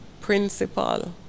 principal